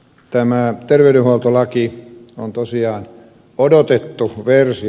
tämä terveydenhuoltolaki on tosiaan odotettu versio